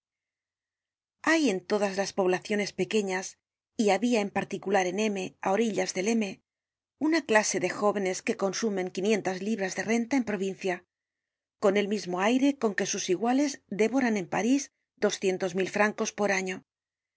hay en todas las poblaciones pequeñas y habia en particular en m á orillas del m una clase de jóvenes que consumen quinientas libras de renta en provincia con el mismo aire con que sus iguales devoran en parís doscientos mil francos por año